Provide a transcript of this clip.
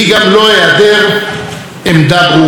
מורכבות היא אנושיות.